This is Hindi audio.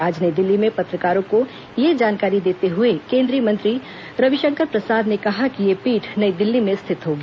आज नई दिल्ली में पत्रकारों को यह जानकारी देते हुए केन्द्रीय मंत्री रविशंकर प्रसाद ने कहा कि यह पीठ नई दिल्ली में स्थित होगी